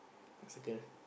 the circle